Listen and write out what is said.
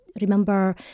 Remember